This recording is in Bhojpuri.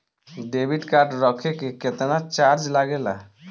डेबिट कार्ड रखे के केतना चार्ज लगेला?